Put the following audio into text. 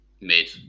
mid